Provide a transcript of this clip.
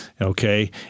Okay